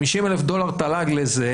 50,000 דולר תל"ג לנפש,